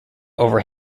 over